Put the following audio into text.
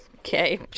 Okay